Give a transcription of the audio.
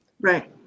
Right